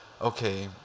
okay